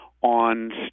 on